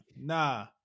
nah